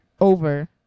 Over